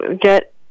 get